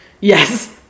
Yes